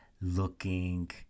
looking